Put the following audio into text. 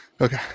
Okay